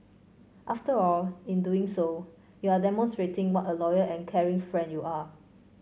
after all in doing so you are demonstrating what a loyal and caring friend you are